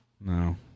no